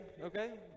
okay